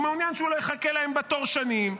הוא מעוניין שהוא לא יחכה להם בתור שנים.